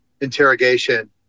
interrogation